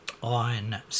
on